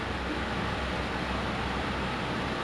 like what do you mean like hard to recognise them